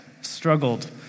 struggled